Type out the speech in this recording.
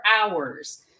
hours